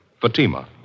Fatima